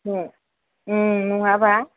नङाबा